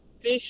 fish